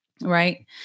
Right